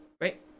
Right